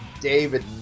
David